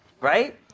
Right